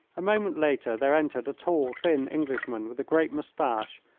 a moment later there entered a tall thin englishman with a great moustache,